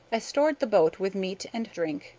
i stored the boat with meat and drink,